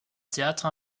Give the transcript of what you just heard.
théâtre